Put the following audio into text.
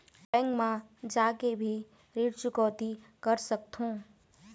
Bank मा जाके भी ऋण चुकौती कर सकथों?